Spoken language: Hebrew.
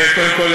קודם כול,